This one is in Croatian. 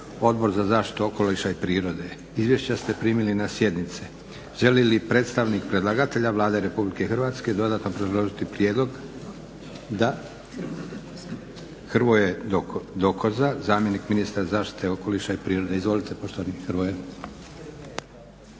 Odbor za zaštitu okoliša i prirode. Izvješća ste primili na sjednici. Želi li predstavnik predlagatelja Vlade Republike Hrvatske dodatno obrazložiti prijedlog? Da. Hrvoje Dokoza, zamjenik ministra zaštite okoliša i prirode. Izvolite poštovani Hrvoje.